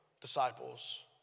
disciples